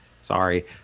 sorry